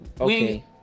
Okay